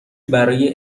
برای